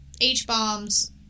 H-bombs